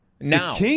Now